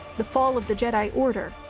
the fall of the jedi order,